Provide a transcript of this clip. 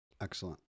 Excellent